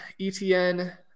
ETN